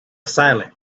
silent